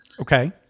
Okay